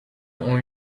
ont